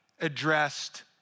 addressed